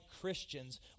Christians